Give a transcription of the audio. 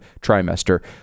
trimester